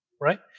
right